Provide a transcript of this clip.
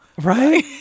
right